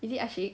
is it ashiq